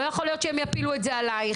לא יכול להיות שהם יפילו את זה עלייך.